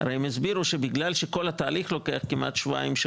הם הסבירו שבגלל שכל התהליך לוקח כמעט שבועיים,